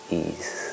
ease।